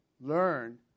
learn